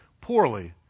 poorly